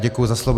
Děkuji za slovo.